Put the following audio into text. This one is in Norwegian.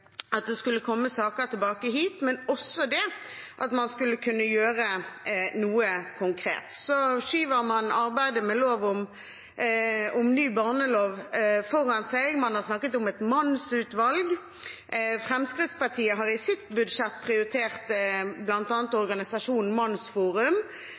at saken skulle komme tilbake, men også at man skulle kunne gjøre noe konkret. Så skyver man arbeidet med ny barnelov foran seg. Man har snakket om et mannsutvalg. Fremskrittspartiet har i sitt budsjett prioritert